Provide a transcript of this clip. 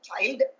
child